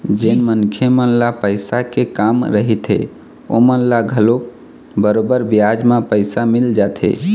जेन मनखे मन ल पइसा के काम रहिथे ओमन ल घलोक बरोबर बियाज म पइसा मिल जाथे